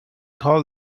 call